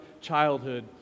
childhood